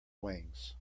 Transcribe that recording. wings